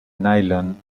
nailon